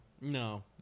No